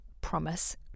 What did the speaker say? promise